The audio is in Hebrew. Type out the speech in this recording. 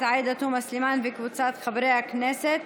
עאידה תומא סלימאן וקבוצת חברי הכנסת.